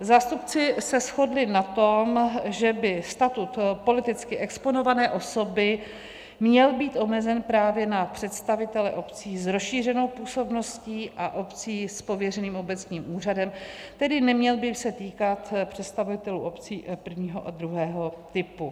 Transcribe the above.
Zástupci se shodli na tom, že by statut politicky exponované osoby měl být omezen právě na představitele obcí s rozšířenou působností a obcí s pověřeným obecním úřadem, tedy neměl by se týkat představitelů obcí prvního a druhého typu.